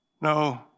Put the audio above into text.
No